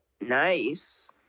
Nice